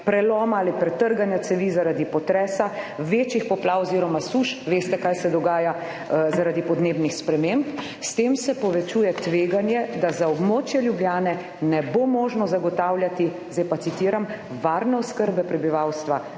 preloma ali pretrganja cevi, zaradi potresa, večjih poplav oziroma suš - veste kaj se dogaja zaradi podnebnih sprememb - s tem se povečuje tveganje, da za območje Ljubljane ne bo možno zagotavljati, zdaj pa citiram, »varne oskrbe prebivalstva